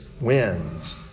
wins